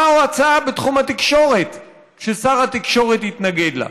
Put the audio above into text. או הצעה בתחום התקשורת ששר התקשורת יתנגד לה.